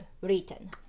written